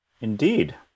Indeed